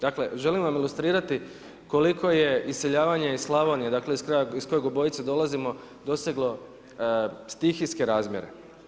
Dakle, želim vam ilustrirati koliko je iseljavanje iz Slavonije, dakle, iz kraja iz kojeg obojica dolazimo doseglo stihijske razmjere.